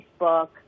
facebook